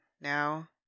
now